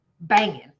banging